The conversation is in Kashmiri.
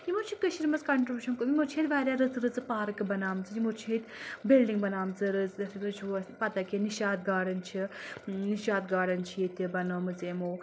یِم چھِ کٔشیٖرِ منٛز کَنٹٕرٕبِیوٗشن کوٚرمُت یِمو چھِ ییٚتہِ واریاہ رٕژ رٕژٕ پارکہٕ بنامٕژ یِمو چھِ ییٚتہِ بِلڈِنٛگ بنامٕژ رٕژ رٕژٕ پتہ کینٛہہ نِشاط گاڈَن چھِ نِشاط گاڈَن چھِ ییٚتہِ بنٲومٕژ یِمَو